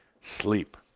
sleep